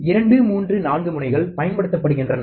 2 3 4 முனைகள் பயன்படுத்தப்படுகின்றன